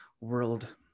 world